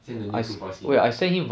send the new khufra skin